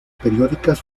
periódicas